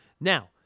Now